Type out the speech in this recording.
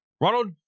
Ronald